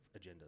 agendas